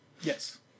Yes